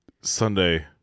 Sunday